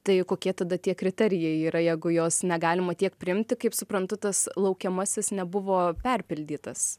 tai kokie tada tie kriterijai yra jeigu jos negalima tiek priimti kaip suprantu tas laukiamasis nebuvo perpildytas